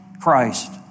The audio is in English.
Christ